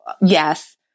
Yes